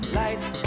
lights